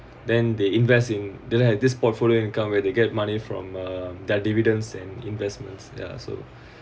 then they invest in didn't have this portfolio income where they get money from um their dividends and investments ya so